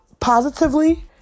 positively